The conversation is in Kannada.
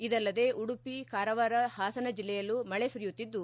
ಇದಲ್ಲದೆ ಉಡುಪಿ ಕಾರವಾರ ಹಾಸನ ಜಿಲ್ಲೆಯಲ್ಲೂ ಮಳೆ ಸುರಿಯುತ್ತಿದ್ದು